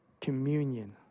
communion